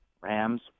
Rams